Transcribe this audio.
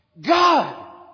God